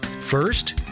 First